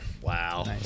Wow